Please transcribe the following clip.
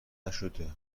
نشده